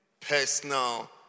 personal